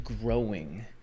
growing